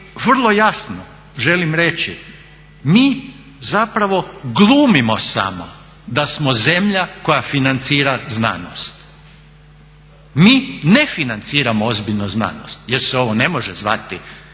vrlo jasno želim reći mi zapravo glumimo samo da smo zemlja koja financira znanost. Mi ne financiramo ozbiljno znanost, jer se ovo ne može zvati ovih